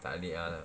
takleh ah